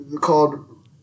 called